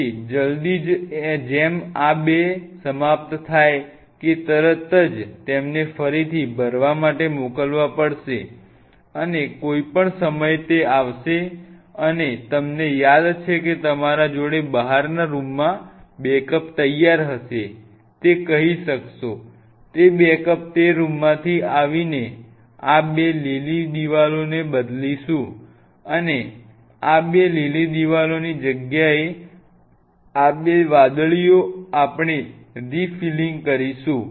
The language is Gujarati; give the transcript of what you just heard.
તેથી જલદી જ જેમ આ બે સમાપ્ત થાય કે તરત જ તેમને ફરીથી ભરવા માટે મોકલવા પડશે અને કોઈપણ સમયે તે આવશે અને તમને યાદ છે કે તમારા જોડે બહારના રૂમમાં બેકઅપ તૈયાર હશે તે કહી શકશો તે બેકઅપ તે રૂમમાંથી આવીને આપ ણે આ બે લીલી દિવાલોને બદલીશું અને આ બે લીલી દિવાલોની જગ્યાએ આ બે વાદળીઓ આપણે રિફિલિંગ કરશું